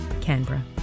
Canberra